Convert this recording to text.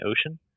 ocean